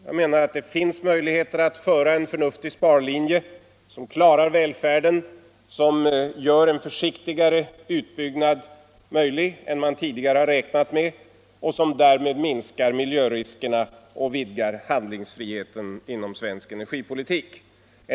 Jag menar att det finns möjligheter att gå fram på en förnuftig sparlinje som klarar välfärden, som innebär en försiktigare utbyggnad än man tidigare räknat med som möjlig och som därmed minskar miljöriskerna och vidgar handlingsfriheten inom svensk energipolitik.